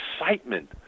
excitement